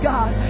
God